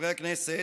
חברי הכנסת,